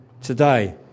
today